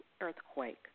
earthquake